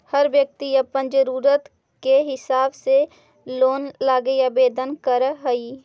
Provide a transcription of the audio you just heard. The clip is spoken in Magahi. हर व्यक्ति अपन ज़रूरत के हिसाब से लोन लागी आवेदन कर हई